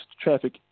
traffic